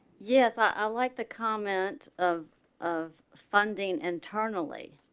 yes, i, like the comment of of funding internally.